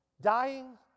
Dying